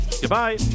goodbye